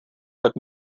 tak